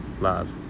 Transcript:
love